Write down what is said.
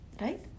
Right